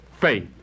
faith